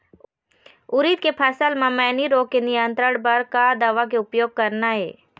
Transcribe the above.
उरीद के फसल म मैनी रोग के नियंत्रण बर का दवा के उपयोग करना ये?